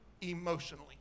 emotionally